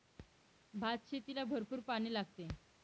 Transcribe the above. भातशेतीला भरपूर पाणी लागते